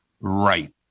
Right